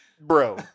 bro